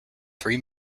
three